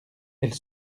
elle